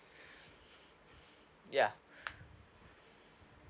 ya